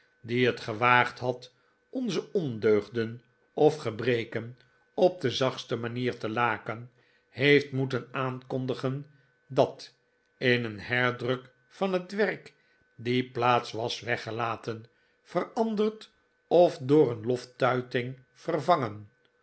die het gewaagd had onze ondeugden of gebreken op de zachtste manier te laken heeft moeten aankondigen dat in een herdruk van het werk die plaats was weggelaten veranderd of door een loftuiting vervangen